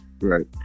right